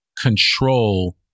control